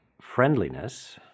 friendliness